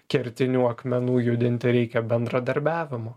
kertinių akmenų judinti reikia bendradarbiavimo